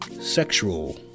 Sexual